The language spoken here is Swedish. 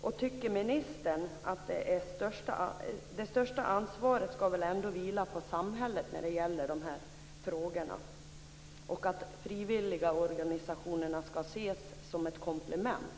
Anser inte ministern att det största ansvaret skall vila på samhället när det gäller dessa frågor och att frivilligorganisationerna skall ses som ett komplement?